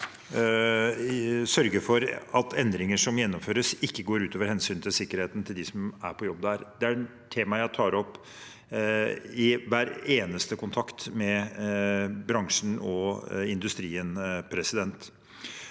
sørger for at endringer som gjennomføres, ikke går ut over hensynet til sikkerheten til dem som er på jobb. Det er et tema jeg tar opp i hver eneste kontakt med bransjen og industrien. Alle